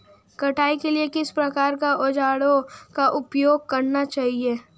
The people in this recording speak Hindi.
कटाई के लिए किस प्रकार के औज़ारों का उपयोग करना चाहिए?